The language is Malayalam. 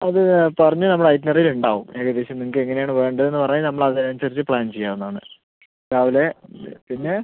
അത് പറഞ്ഞ് നമ്മള ഐറ്റ്നറിയിൽ ഉണ്ടാവും ഏകദേശം നിങ്ങൾക്ക് എങ്ങനെ ആണ് വേണ്ടത് എന്ന് പറഞ്ഞാൽ നമ്മൾ അതിന് അനുസരിച്ച് പ്ലാൻ ചെയ്യാവുന്നതാണ് രാവിലെ പിന്നെ